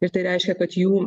ir tai reiškia kad jų